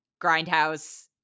Grindhouse